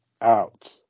out